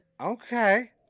okay